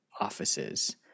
offices